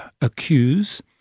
accuse